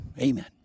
amen